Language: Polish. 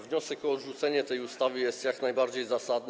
Wniosek o odrzucenie tej ustawy jest jak najbardziej zasadny.